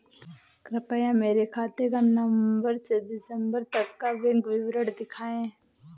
कृपया मेरे खाते का नवम्बर से दिसम्बर तक का बैंक विवरण दिखाएं?